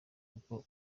kuko